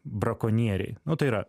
brakonieriai nu tai yra